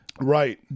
Right